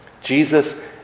Jesus